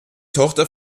tochter